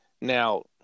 Now